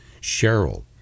Cheryl